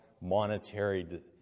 monetary